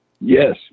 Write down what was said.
Yes